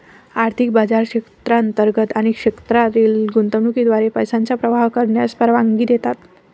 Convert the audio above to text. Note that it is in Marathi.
आर्थिक बाजार क्षेत्रांतर्गत आणि क्षेत्रातील गुंतवणुकीद्वारे पैशांचा प्रवाह करण्यास परवानगी देतात